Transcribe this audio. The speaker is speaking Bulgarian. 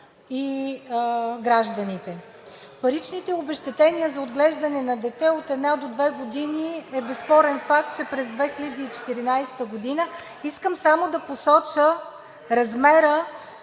и гражданите. Паричните обезщетения за отглеждане на дете от една до две години са безспорен факт. Искам само да посоча размера